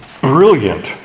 brilliant